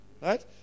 Right